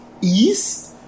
East